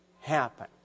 happen